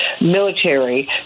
military